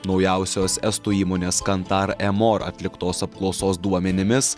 naujausios estų įmonės kantar emora atliktos apklausos duomenimis